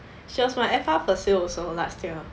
she was my F_R facil also last year